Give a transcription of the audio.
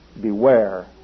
beware